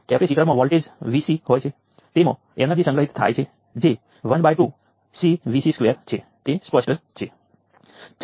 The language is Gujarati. પછી આમાંના કેટલાક સોર્સો પાવરને શોષી શકે છે અને તેમાંથી ઓછામાં ઓછું એક પાવર ડીલીવર કરશે તેથી આની શક્યતા ખૂબ જ છે